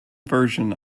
version